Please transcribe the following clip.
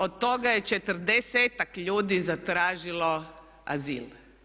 Od toga je 40-ak ljudi zatražilo azil.